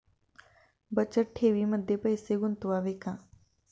बचत ठेवीमध्ये पैसे गुंतवावे का?